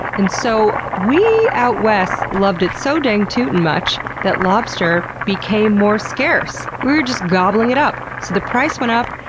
and so we out west loved it so danged-tootin' much that lobster became more scarce. we were just gobbling it up. so the price went up,